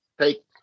take